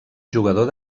jugador